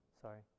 Sorry